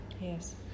yes